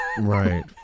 right